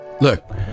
look